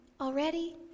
already